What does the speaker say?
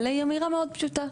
אלא היא אמירה מאוד פשוטה.